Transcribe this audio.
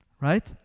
Right